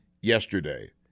yesterday